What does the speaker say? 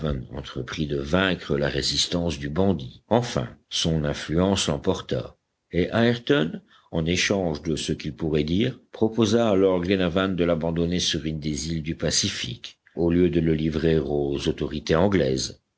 entreprit de vaincre la résistance du bandit enfin son influence l'emporta et ayrton en échange de ce qu'il pourrait dire proposa à lord glenarvan de l'abandonner sur une des îles du pacifique au lieu de le livrer aux autorités anglaises